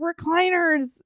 recliners